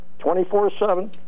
24-7